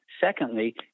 Secondly